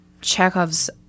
Chekhov's